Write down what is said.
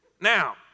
Now